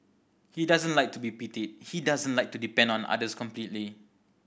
he doesn't like to be pitied he doesn't like to depend on others completely